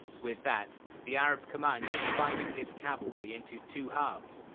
with that the arab commander divided his cavalry in two two halves.